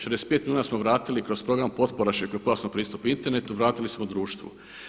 65 milijuna smo vratili kroz program potpora širokopojasnom pristupu internetu, vratili smo društvu.